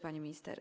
Pani Minister!